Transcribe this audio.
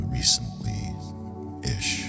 recently-ish